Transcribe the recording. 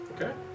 Okay